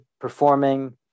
performing